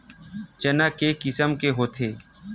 चना के किसम के होथे?